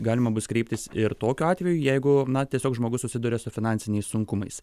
galima bus kreiptis ir tokiu atveju jeigu na tiesiog žmogus susiduria su finansiniais sunkumais